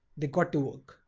they got to work.